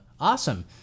Awesome